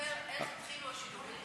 ספר איך התחילו השידורים